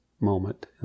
moment